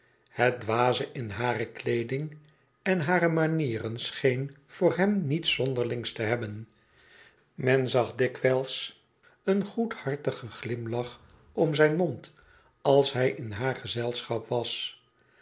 het dwaze in hare kleeding en hare manieren scheen voor hem niets zonderlings te hebben men zag dikwijls een goedhartige glimlach om zijn mond als hij in haar gezelschap was